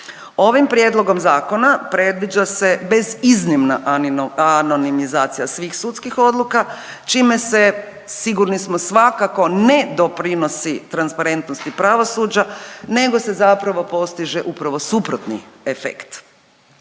Ovim prijedlogom zakona predviđa se bez iznimna anonimizacija svih sudskih odluka, čime se sigurno smo svakako, ne doprinosi transparentnosti pravosuđa, nego se zapravo postiže upravo suprotni efekt.